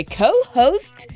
co-host